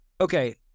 okay